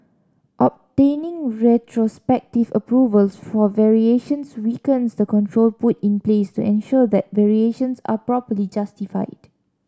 obtaining retrospective approvals for variations weakens the control put in place to ensure that variations are properly justified